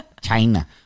china